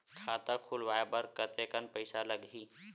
खाता खुलवाय बर कतेकन पईसा लगही?